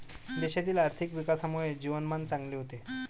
देशातील आर्थिक विकासामुळे जीवनमान चांगले होते